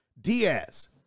Diaz